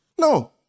No